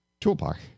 toolbar